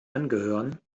angehören